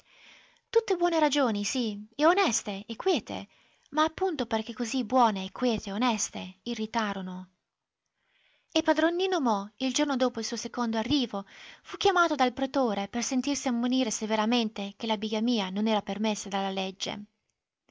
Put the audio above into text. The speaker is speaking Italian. tutte buone ragioni sì e oneste e quiete ma appunto perché così buone e quiete e oneste irritarono e padron nino mo il giorno dopo il suo secondo arrivo fu chiamato dal pretore per sentirsi ammonire severamente che la bigamia non era permessa dalla legge